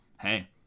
hey